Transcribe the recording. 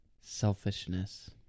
selfishness